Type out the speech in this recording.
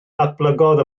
datblygodd